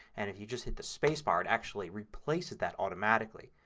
and if you just hit the spacebar it actually replaces that automatically.